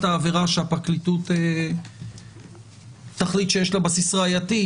העבירה שהפרקליטות תחליט שיש לה בסיס ראייתי,